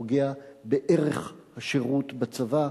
פוגע בערך השירות בצבא.